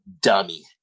dummy